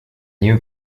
new